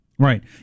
Right